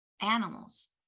animals